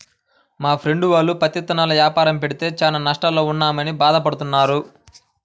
మా ఫ్రెండు వాళ్ళు పత్తి ఇత్తనాల యాపారం పెడితే చానా నష్టాల్లో ఉన్నామని భాధ పడతన్నారు